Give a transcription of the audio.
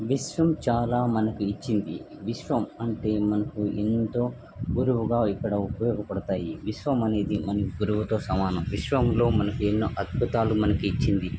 విశ్వం చాలా మనకి ఇచ్చింది విశ్వం అంటే మనకి ఎంతో గురువుగా ఇక్కడ ఉపయోగపడతాయి విశ్వం అనేది మనకు గురువురితో సమానం విశ్వంలో మనకు ఎన్నోఅద్భుతాలు మనకి ఇచ్చింది